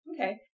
Okay